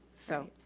so